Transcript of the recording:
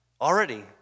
already